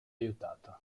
aiutato